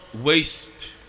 waste